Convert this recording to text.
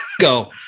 go